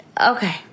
Okay